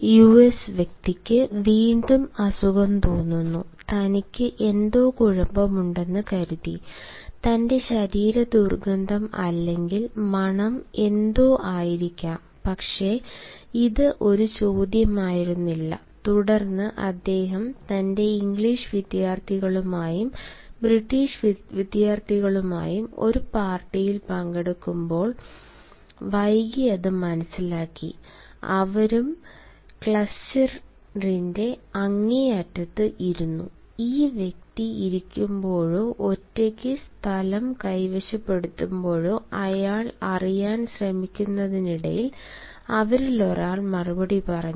US വ്യക്തിക്ക് വീണ്ടും അസുഖം തോന്നുന്നു തനിക്ക് എന്തോ കുഴപ്പമുണ്ടെന്ന് കരുതി തന്റെ ശരീര ദുർഗന്ധം അല്ലെങ്കിൽ മണം എന്തോ ആയിരിക്കാം പക്ഷേ ഇത് ഒരു ചോദ്യമായിരുന്നില്ല തുടർന്ന് അദ്ദേഹം തന്റെ ഇംഗ്ലീഷ് വിദ്യാർത്ഥികളുമായും ബ്രിട്ടീഷ് വിദ്യാർത്ഥികളുമായും ഒരു പാർട്ടിയിൽ പങ്കെടുക്കുമ്പോൾ വൈകി അത് മനസ്സിലാക്കി അവരും ക്ലസ്റ്ററിന്റെ അങ്ങേ അറ്റത്ത് ഇരുന്നു ഈ വ്യക്തി ഇരിക്കുമ്പോഴോ ഒറ്റയ്ക്ക് സ്ഥലം കൈവശപ്പെടുത്തുമ്പോഴോ അയാൾ അറിയാൻ ശ്രമിക്കുന്നതിനിടയിൽ അവരിൽ ഒരാൾ മറുപടി പറഞ്ഞു